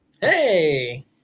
Hey